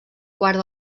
quart